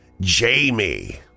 Jamie